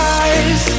eyes